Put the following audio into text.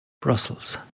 Brussels